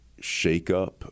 shakeup